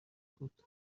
بود